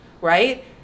right